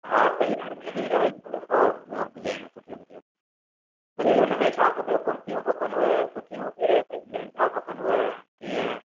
हा तयार में बि अवेइलिबल अथव मूं वटि डिज़ाइनियूं सुठियूं सुठियूं भले हुन में छा खपेव कुरतियूं खपनव सुठियूं के भई लेंहगा खपनव कीअं